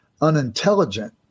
unintelligent